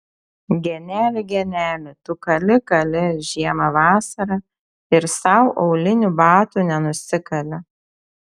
geneli geneli tu kali kali žiemą vasarą ir sau aulinių batų nenusikali